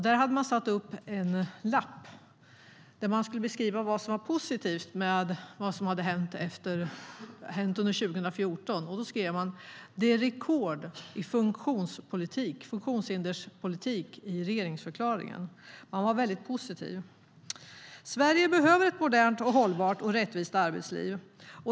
Där hade man satt upp en lapp där man skulle beskriva vad som var positivt med det som hänt under 2014, och man skrev: Det är rekord i funktionshinderspolitik i regeringsförklaringen. Man var alltså väldigt positiv. Sverige behöver ett modernt, hållbart och rättvist arbetsliv.